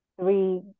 three